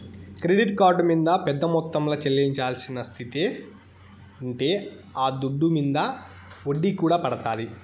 credit card మింద పెద్ద మొత్తంల చెల్లించాల్సిన స్తితే ఉంటే ఆ దుడ్డు మింద ఒడ్డీ కూడా పడతాది